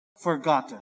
forgotten